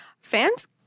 Fans